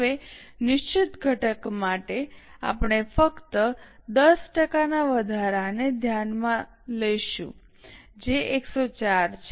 હવે નિશ્ચિત ઘટક માટે આપણે ફક્ત 10 ટકાના વધારાને ધ્યાનમાં લઈશું જે 104 છે